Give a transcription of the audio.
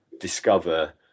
discover